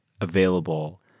available